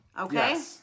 Okay